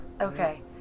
Okay